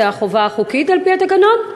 זו החובה החוקית על-פי התקנון?